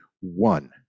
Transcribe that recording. one